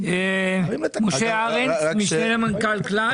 טוב, משה ארנס, משנה למנכ"ל כלל.